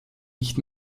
nicht